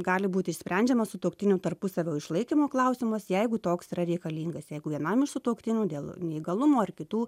gali būti sprendžiamas sutuoktinių tarpusavio išlaikymo klausimas jeigu toks yra reikalingas jeigu vienam iš sutuoktinių dėl neįgalumo ar kitų